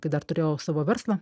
kai dar turėjau savo verslą